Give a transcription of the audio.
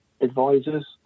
advisors